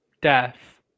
Death